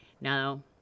Now